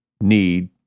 need